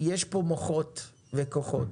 יש פה מוחות וכוחות.